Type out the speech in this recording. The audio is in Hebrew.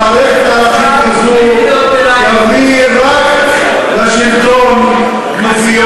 עם מערכת ערכים כזו שתביא רק לשלטון כנופיות